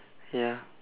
ya